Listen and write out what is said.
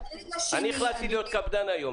אני החלטתי להיות קפדן היום.